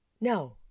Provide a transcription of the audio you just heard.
No